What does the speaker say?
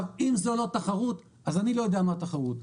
אם זאת לא תחרות אז אני לא יודע מה זאת תחרות.